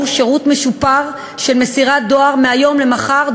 שירות משופר של מסירת דואר מהיום למחר,